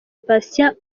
patient